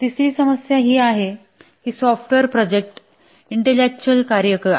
तिसरी समस्या ही आहे की सॉफ्टवेअर प्रोजेक्ट इंटेललॅक्टउल कार्य आहेत